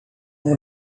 was